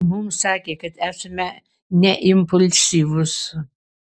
mums sakė kad esame neimpulsyvūs